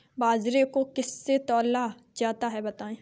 बाजरे को किससे तौला जाता है बताएँ?